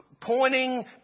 pointing